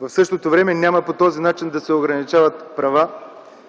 В същото време се надявам, че по този начин няма да се ограничават права